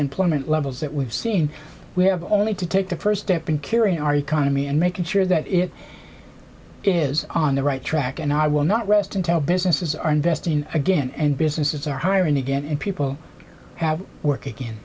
employment levels that we've seen we have only to take the first step in curing our economy and making sure that it it is on the right track and i will not rest until businesses are investing again and businesses are hiring again and people have work